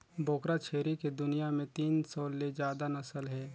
बोकरा छेरी के दुनियां में तीन सौ ले जादा नसल हे